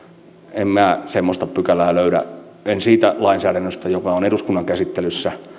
en minä semmoista pykälää löydä en siitä lainsäädännöstä joka on eduskunnan käsittelyssä